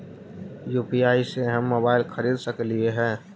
UPI से हम mobile खरिद सकलिऐ है